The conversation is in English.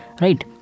right